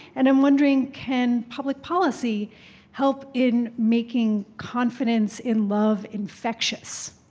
and i'm wondering, can public policy help in making confidence in love infectious?